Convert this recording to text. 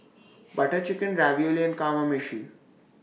Butter Chicken Ravioli and Kamameshi